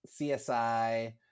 CSI